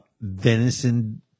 venison